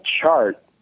chart